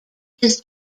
his